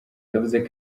yavuze